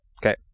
Okay